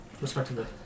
respectively